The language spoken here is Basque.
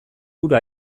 hura